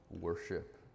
worship